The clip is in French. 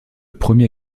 premier